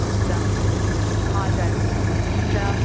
हुन्छ हजुर हुन्छ